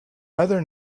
other